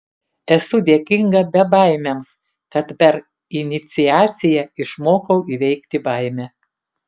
esu dėkinga bebaimiams kad per iniciaciją išmokau įveikti baimę